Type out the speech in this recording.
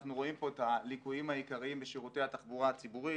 אנחנו רואים פה את הליקויים העיקריים בשירותי התחבורה הציבורית: